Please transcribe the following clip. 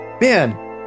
man